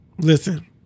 listen